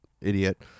idiot